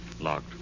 Locked